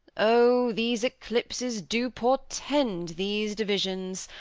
o, these eclipses do portend these divisions!